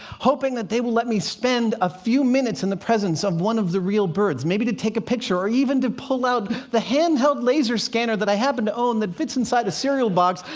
hoping that they will let me spend a few minutes in the presence of one of the real birds, maybe to take a picture, or even to pull out the hand-held laser scanner that i happen to that fits inside a cereal box,